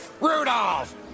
Rudolph